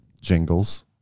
Jingles